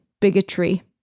bigotry